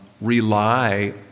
rely